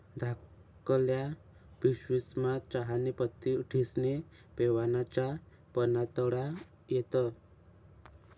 धाकल्ल्या पिशवीस्मा चहानी पत्ती ठिस्नी पेवाना च्या बनाडता येस